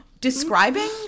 Describing